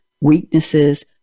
weaknesses